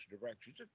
directions